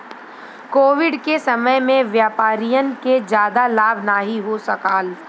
Covid के समय में व्यापारियन के जादा लाभ नाहीं हो सकाल